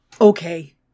okay